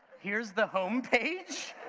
here's the home page,